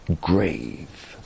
grave